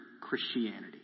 Christianity